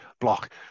block